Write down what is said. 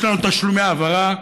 יש לנו תשלומי העברה,